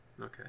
Okay